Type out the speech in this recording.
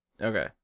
Okay